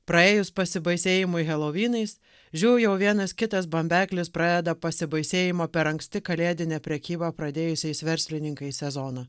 praėjus pasibaisėjimui helovynais žiū jau vienas kitas bambeklis pradeda pasibaisėjimą per anksti kalėdine prekyba pradėjusiais verslininkais sezoną